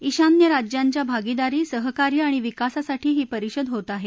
ईशान्य राज्यांच्या भागीदारी सहकार्य आणि विकासासाठी ही परिषद होत आहे